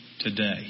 today